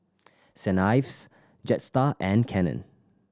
Saint Ives Jetstar and Canon